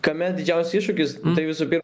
kame didžiausias iššūkis tai visų pi